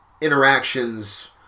interactions